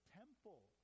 temple